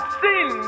sin